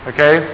Okay